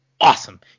awesome